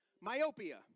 Myopia